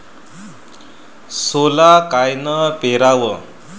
सोला कायनं पेराव?